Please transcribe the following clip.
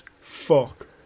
fuck